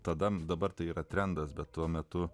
tada dabar tai yra trendas bet tuo metu